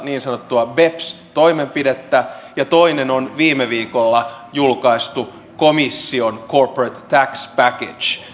viidentoista niin sanottua beps toimenpidettä ja toinen on viime viikolla julkaistu komission corporate tax package